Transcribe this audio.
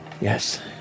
Yes